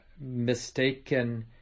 mistaken